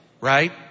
Right